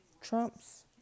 Trumps